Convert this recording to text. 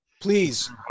Please